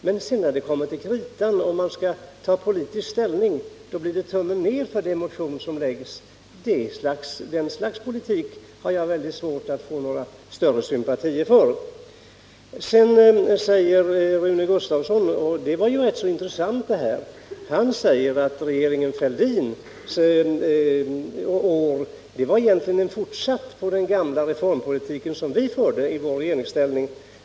Men när det sedan kommer till kritan och man skall ta politisk ställning, då blir det tummen ner för motioner som har väckts. Den typen av politik har jag svårt att känna några större sympatier för. Därefter sade Rune Gustavsson, och det var rätt så intressant, att regeringen Fälldins politik egentligen var en fortsättning på den gamla reformpolitik som socialdemokraterna = förde i regeringsställning.